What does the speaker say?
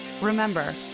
Remember